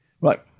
right